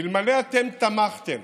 ואלמלא אתם תמכתם,